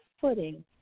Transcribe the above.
footing